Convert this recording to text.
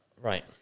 right